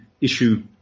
issue